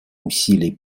усилий